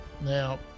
Now